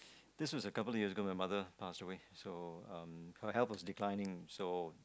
this was a couple years ago my mother pass away so um her health was declining so